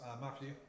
Matthew